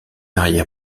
arrière